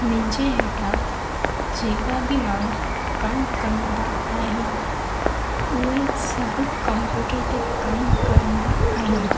मुंहिंजे हेठां जेका बि माण्हू कमु कंदा आहिनि उहे सभु कंप्यूटर ते कमु करंदा आहिनि